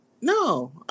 no